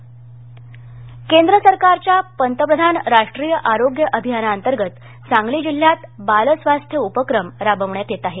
आरोग्य योजना सांगली केंद्र सरकारच्या पंतप्रधान राष्ट्रीय आरोग्य अभियाना अंतर्गत सांगली जिल्ह्यात बाल स्वास्थ्य उपक्रम राबवण्यात येत आहे